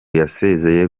yasezeye